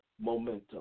momentum